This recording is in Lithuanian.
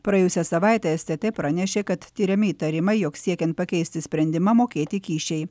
praėjusią savaitę es t t pranešė kad tiriami įtarimai jog siekiant pakeisti sprendimą mokėti kyšiai